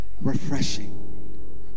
refreshing